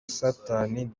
satani